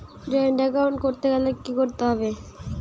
Joint account করতে গেলে কি করতে হবে?